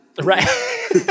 Right